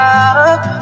up